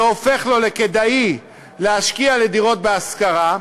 זה הופך לו לכדאי להשקיע בדירות בהשכרה,